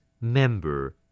Member